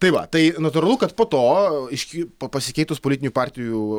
tai va tai natūralu kad po to reiškia pasikeitus politinių partijų